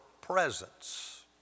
presence